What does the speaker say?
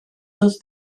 does